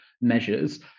measures